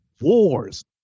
wars